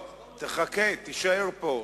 חכה, תישאר פה,